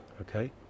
okay